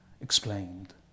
explained